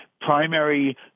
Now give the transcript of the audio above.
primary